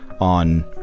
on